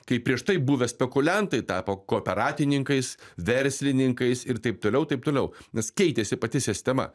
kai prieš tai buvę spekuliantai tapo kooperatininkais verslininkais ir taip toliau taip toliau nes keitėsi pati sistema